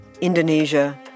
Indonesia